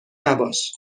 نباش